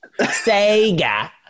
Sega